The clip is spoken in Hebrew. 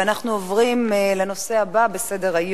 אנחנו מצביעים על ההצעה לסדר-היום.